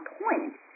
point